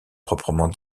proprement